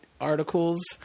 articles